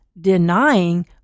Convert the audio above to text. denying